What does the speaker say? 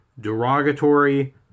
derogatory